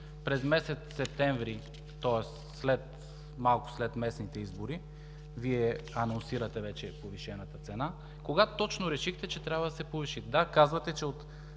През месец септември, тоест малко след местните избори, Вие анонсирате вече повишената цена. Кога точно решихте, че трябва да се повиши? Да, казвате, че от